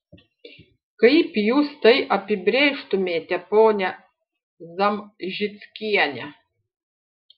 kaip jūs tai apibrėžtumėte ponia zamžickiene